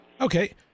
Okay